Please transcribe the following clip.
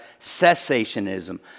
cessationism